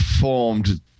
formed